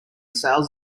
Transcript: sails